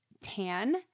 tan